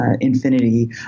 infinity